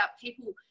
people